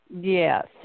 Yes